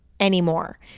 anymore